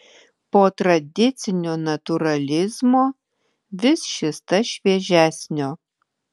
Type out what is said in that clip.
po tradicinio natūralizmo vis šis tas šviežesnio